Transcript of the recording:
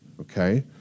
Okay